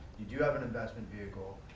you do have an investment vehicle,